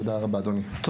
תודה רבה אדוני.